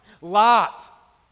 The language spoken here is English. Lot